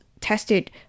tested